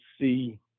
see